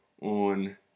on